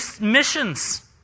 missions